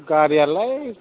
गारियालाय